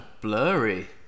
blurry